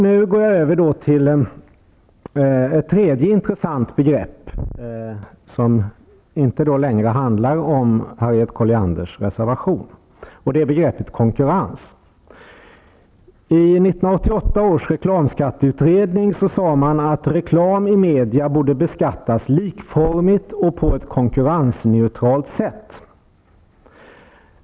Nu går jag över till ett tredje intressant begrepp; det handlar då inte längre om Harriet Collianders reservation. Det är begreppet konkurrens. I 1988 års reklamskatteutredning sade man att reklam i media borde beskattas likformigt och på ett konkurrensneutralt sätt.